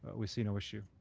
we see no issue.